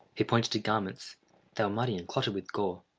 he pointed to garments they were muddy and clotted with gore.